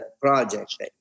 project